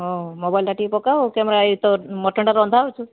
ହଁ ମୋବାଇଲ୍ ଟା ଟିକିଏ ପକାଅ କ୍ୟାମେରା ଏଇ ତ ମଟନ୍ ଟା ରନ୍ଧା ହେଉଛୁ